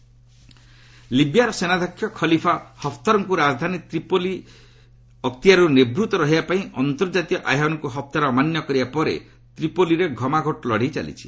Libya fighting ଲିବ୍ୟାର ସେନାଧ୍ୟକ୍ଷ Khalifa ହଫ୍ତରଙ୍କୁ ରାଜଧାନୀ ତ୍ରିପଲି ଅକ୍ତିଆରରୁ ନିର୍ବୃତ୍ତ ରହିବା ପାଇଁ ଅନ୍ତର୍ଜାତୀୟ ଆହ୍ୱାନକୁ ହଫ୍ତର ଅମାନ୍ୟ କରିବା ପରେ ତ୍ରିପଲିରେ ଘମାଘୋଟ ଲଢ଼େଇ ଚାଲିଛି